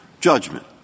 judgment